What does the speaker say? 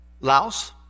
Laos